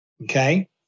Okay